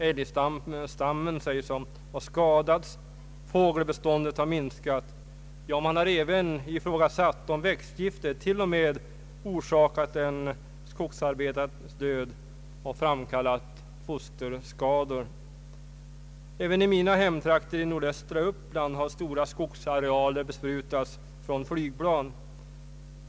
älgstammen sägs ha skadats, fågelbeståndet har minskat, och man har till och med ifrågasatt om växtgiftet orsakat en Även i mina hemtrakter i nordöstra Uppland har stora skogsarealer besprutats från flygplan.